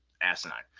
asinine